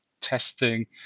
testing